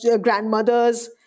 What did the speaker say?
grandmothers